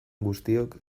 guztiok